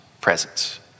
presence